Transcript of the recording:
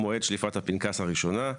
מועד שליפת הפנקס הראשונה.